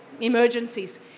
emergencies